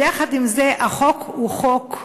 אבל יחד עם זה, החוק הוא חוק,